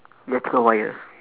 electrical wire